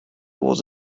was